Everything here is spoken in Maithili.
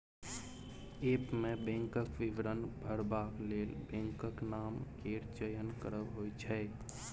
ऐप्प मे बैंकक विवरण भरबाक लेल बैंकक नाम केर चयन करब होइ छै